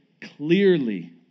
clearly